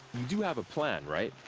do have a plan, right?